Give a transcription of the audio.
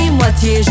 moitié